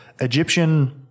Egyptian